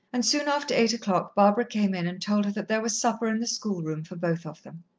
and soon after eight o'clock barbara came in and told her that there was supper in the schoolroom for both of them.